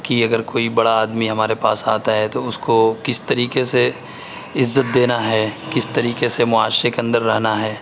کہ اگر کوئی بڑا آدمی ہمارے پاس آتا ہے تو اس کو کس طریقے سے عزّت دینا ہے کس طریقے سے معاشرے کے اندر رہنا ہے